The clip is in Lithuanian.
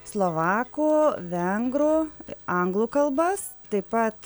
slovakų vengrų anglų kalbas taip pat